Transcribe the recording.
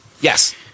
Yes